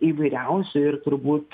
įvairiausių ir turbūt